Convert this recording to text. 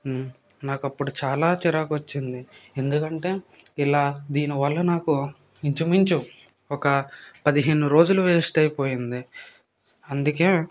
నాకు అప్పుడు చాలా చిరాకు వచ్చింది ఎందుకంటే ఇలా దీనివల్ల నాకు ఇంచుమించు ఒక పదిహేను రోజులు వేస్ట్ అయిపోయింది అందుకే